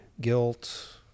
guilt